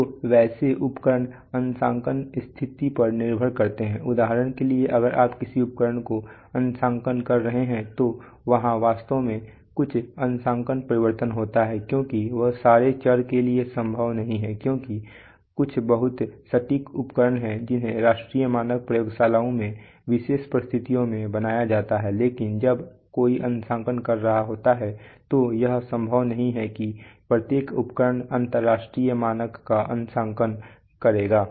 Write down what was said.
तो वैसे उपकरण अंशांकन स्थितिपर निर्भर करते हैं उदाहरण के लिए अगर आप किसी उपकरण को अंशांकन कर रहे हैं तो वहां वास्तव में कुछ अंशांकन परिवर्तन होता है क्योंकि यह सारे चर के लिए संभव नहीं है क्योंकि कुछ बहुत सटीक उपकरण हैं जिन्हें राष्ट्रीय मानक प्रयोगशालाओं में विशेष परिस्थितियों में बनाए जाता है लेकिन जब कोई अंशांकन कर रहा होता है तो यह संभव नहीं है कि प्रत्येक उपकरण अंतरराष्ट्रीय मानक का अंशांकन करेगा